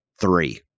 three